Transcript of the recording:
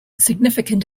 significant